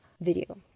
video